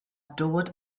dod